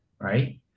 right